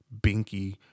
binky